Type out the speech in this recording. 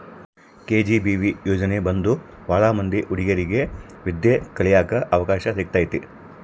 KGBV ಯೋಜನೆ ಬಂದು ಭಾಳ ಮಂದಿ ಹುಡಿಗೇರಿಗೆ ವಿದ್ಯಾ ಕಳಿಯಕ್ ಅವಕಾಶ ಸಿಕ್ಕೈತಿ